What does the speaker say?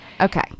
okay